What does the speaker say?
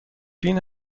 بین